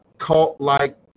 cult-like